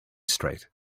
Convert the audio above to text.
straight